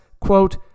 quote